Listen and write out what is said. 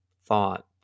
thought